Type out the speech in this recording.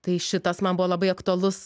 tai šitas man buvo labai aktualus